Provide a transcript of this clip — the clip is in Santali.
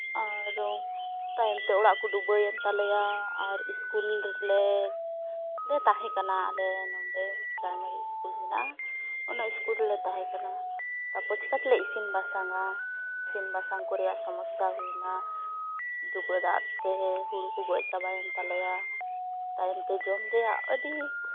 ᱟᱨ ᱛᱟᱭᱚᱢ ᱛᱮ ᱚᱲᱟᱜ ᱠᱚ ᱰᱩᱵᱟᱹᱭᱮᱱ ᱛᱟᱞᱮᱭᱟ ᱟᱨ ᱤᱥᱠᱩᱞ ᱨᱮᱞᱮ ᱞᱮ ᱛᱟᱦᱮᱸᱠᱟᱱᱟ ᱟᱞᱮ ᱱᱚᱸᱰᱮ ᱯᱨᱟᱭᱢᱟᱨᱤ ᱤᱥᱠᱩᱞ ᱢᱮᱱᱟᱜᱼᱟ ᱚᱱᱟ ᱤᱥᱠᱩᱞ ᱨᱮᱞᱮ ᱛᱟᱦᱮᱸᱠᱟᱱᱟ ᱛᱟᱯᱚᱨ ᱪᱮᱠᱟᱹᱛᱮᱞᱮ ᱤᱥᱤᱱ ᱵᱟᱥᱟᱝᱟ ᱤᱥᱤᱱ ᱵᱟᱥᱟᱝ ᱠᱚ ᱨᱮᱭᱟᱜ ᱥᱚᱢᱚᱥᱥᱟ ᱦᱩᱭᱱᱟ ᱰᱩᱵᱟᱹ ᱫᱟᱜ ᱛᱮ ᱦᱩᱲᱩ ᱠᱚ ᱜᱤᱡᱽ ᱪᱟᱵᱟᱭᱮᱱ ᱛᱟᱞᱮᱭᱟ ᱛᱟᱭᱚᱢ ᱛᱮ ᱡᱚᱢ ᱨᱮᱭᱟᱜ ᱟᱹᱰᱤ